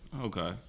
Okay